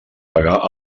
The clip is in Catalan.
pagar